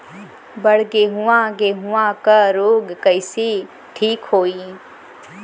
बड गेहूँवा गेहूँवा क रोग कईसे ठीक होई?